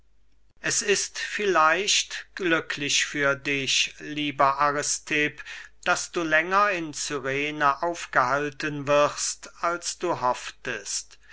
es ist vielleicht glücklich für dich lieber aristipp daß du länger in cyrene aufgehalten wirst als du hofftest